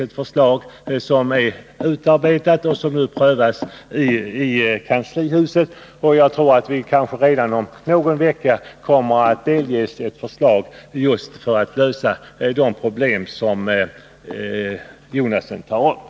Ett förslag har utarbetats och prövas nu i kanslihuset. Kanske kommer vi redan om någon vecka att delges ett förslag om hur man skall lösa de problem som Bertil Jonasson tagit upp.